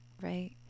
Right